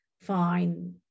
fine